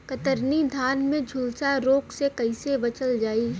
कतरनी धान में झुलसा रोग से कइसे बचल जाई?